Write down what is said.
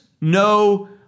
no